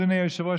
אדוני היושב-ראש,